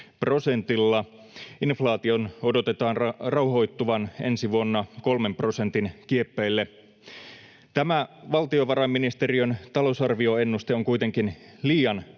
Inflaation odotetaan rauhoittuvan ensi vuonna kolmen prosentin kieppeille. Tämä valtiovarainministeriön talousarvioennuste on kuitenkin liian